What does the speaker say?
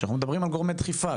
כשאנחנו מדברים על גורמי דחיפה,